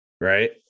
right